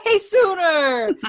sooner